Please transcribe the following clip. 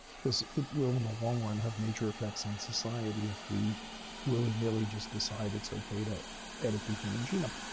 because it will, in the long run, have major effects on society if we willy-nilly just decide it's okay to edit the human genome.